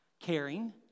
Caring